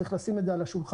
צריך לשים את זה על השולחן,